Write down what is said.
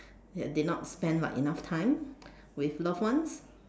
I did not spend like enough time with loved ones